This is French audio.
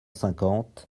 cinquante